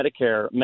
Medicare